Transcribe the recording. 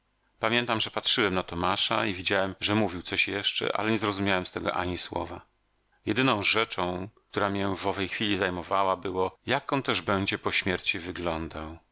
pamiętam że patrzyłem na tomasza i widziałem że mówił coś jeszcze ale nie zrozumiałem z tego ani słowa jedyną rzeczą która mię w owej chwili zajmowała było jak on też będzie po śmierci wyglądał